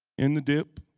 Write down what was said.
in the dip.